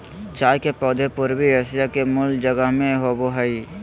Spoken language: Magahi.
चाय के पौधे पूर्वी एशिया के मूल जगह में होबो हइ